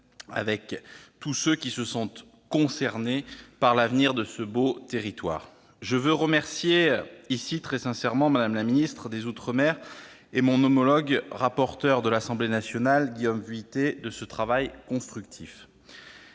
et tous ceux qui se sentent concernés par l'avenir de ce beau territoire. Je veux remercier très sincèrement Mme la ministre des outre-mer et mon homologue rapporteur de l'Assemblée nationale, Guillaume Vuilletet, de ce travail constructif.